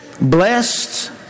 blessed